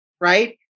right